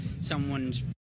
someone's